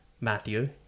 Matthew